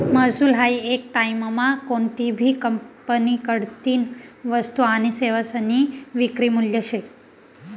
महसूल हायी येक टाईममा कोनतीभी कंपनीकडतीन वस्तू आनी सेवासनी विक्री मूल्य शे